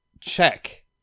check